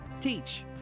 Teach